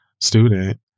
student